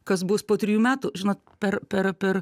kas bus po trijų metų žinot per per per